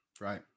Right